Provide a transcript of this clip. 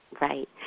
Right